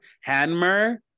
Hanmer